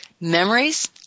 Memories